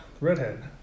Redhead